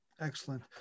Excellent